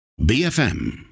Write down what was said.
BFM